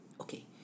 Okay